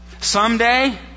Someday